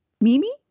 mimi